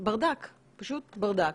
ברדק, פשוט ברדק.